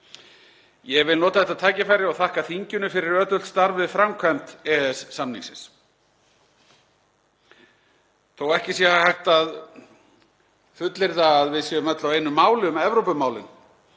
Ég vil nota þetta tækifæri og þakka þinginu fyrir ötult starf við framkvæmd EES-samningsins. Þó að ekki sé hægt að fullyrða að við séum öll á einu máli um Evrópumálin